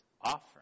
offering